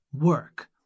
work